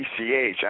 PCH